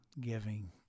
giving